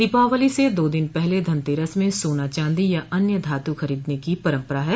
दीपावली से दो दिन पहले धनतेरस में सोना चांदी या अन्य धातु खरीदने की परंपरा है